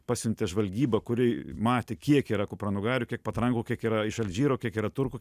pasiuntė žvalgybą kuri matė kiek yra kupranugarių kiek patrankų kiek yra iš alžyro kiek yra turkų